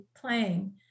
playing